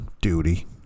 duty